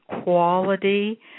quality